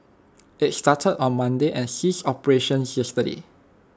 IT started on Monday and ceased operations yesterday